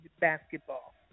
basketball